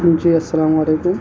جی السلام علیکم